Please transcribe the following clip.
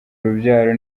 urubyaro